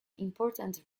important